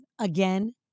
again